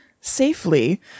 safely